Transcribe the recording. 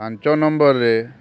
ପାଞ୍ଚ ନମ୍ବର୍ରେ